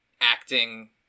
acting